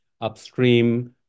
upstream